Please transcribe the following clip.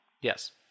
Yes